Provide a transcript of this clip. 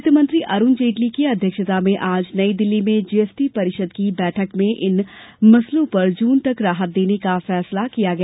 वित्त मंत्री अरुण जेटली की अध्यक्षता में आज नई दिल्ली में जीएसटी परिषद् की बैठक में इन मसलों पर जून तक राहत देने का फैसला किया गया